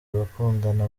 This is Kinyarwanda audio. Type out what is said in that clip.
abakundana